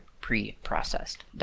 pre-processed